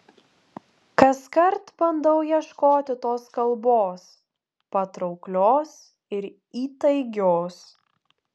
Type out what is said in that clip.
kaskart bandau ieškoti tos kalbos patrauklios ir įtaigios